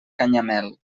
canyamel